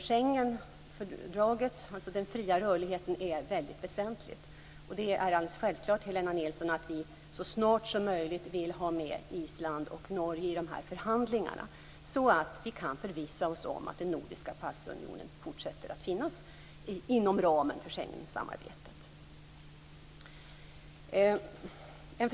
Schengenfördraget och den fria rörligheten är mycket väsentligt. Det är alldeles självklart, Helena Nilsson, att vi så snart som möjligt vill ha med Island och Norge i förhandlingarna så att vi kan förvissa oss om huruvida den nordiska passunionen fortsätter att finnas inom ramen för Schengensamarbetet.